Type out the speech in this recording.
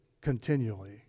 continually